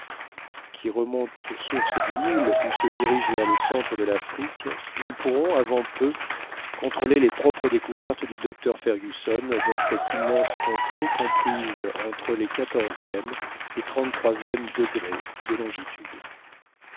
qui remontent aux sources du nil ou se dirigent vers le centre de lafrique nous pourrons avant peu contrôler les propres découvertes du docteur fergusson dans cette immense contrée comprise entre les quatorzième et trente-troisième degrés de longitude